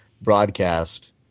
broadcast